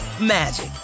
magic